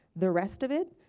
the rest of it,